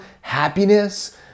happiness